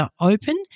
open